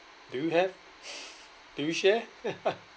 do you have do you share